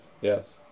Yes